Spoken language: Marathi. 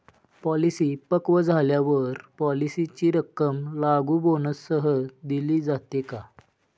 पॉलिसी पक्व झाल्यावर पॉलिसीची रक्कम लागू बोनससह दिली जाते का?